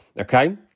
okay